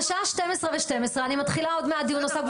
השעה 12:12, אני מתחילה עוד מעט דיון נוסף.